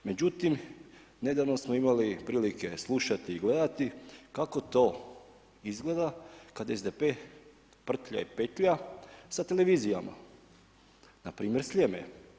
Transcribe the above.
Međutim, nedavno smo imali prilike slušati i gledati kako to izgleda kada SDP prtlja i petlja sa televizijama, npr. Sljeme.